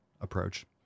approach